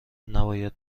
نباید